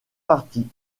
partie